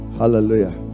hallelujah